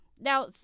Now